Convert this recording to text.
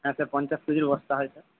হ্যাঁ স্যার পঞ্চাশ কেজির বস্তা হয় স্যার